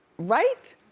right?